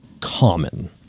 common